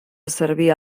servia